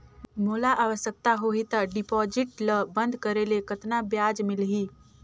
मोला आवश्यकता होही त डिपॉजिट ल बंद करे ले कतना ब्याज मिलही?